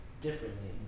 differently